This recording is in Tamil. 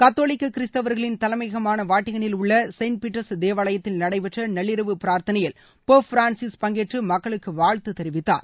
கத்தோலிக்க கிறிஸ்தவர்களின் தலைமையகமான வாட்டிகளில் உள்ள செயின்ட் பீட்டர்ஸ் தேவாலயத்தில் நடைபெற்ற நள்ளிரவு பிரார்த்தனையில் போட் பிரான்சிஸ் பங்கேற்று மக்களுக்கு வாழ்த்து தெரிவித்தார்